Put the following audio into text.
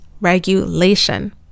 regulation